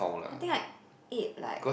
I think I ate like